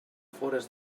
fores